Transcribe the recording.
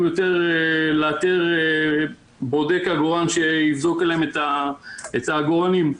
לאתר בודק עגורן שיבדוק להם את העגורנים.